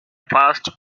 first